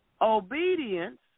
Obedience